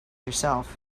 yourself